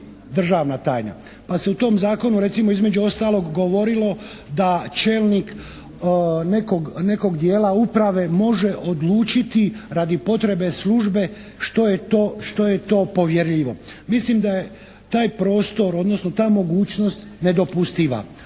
državna tajna pa se u tom zakonu recimo između ostalog govorilo da čelnik nekog dijela uprave može odlučiti radi potrebe službe što je to povjerljivo. Mislim da je taj prostor, odnosno ta mogućnost nedopustiva.